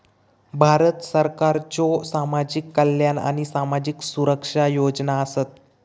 भारत सरकारच्यो सामाजिक कल्याण आणि सामाजिक सुरक्षा योजना आसत